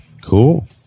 cool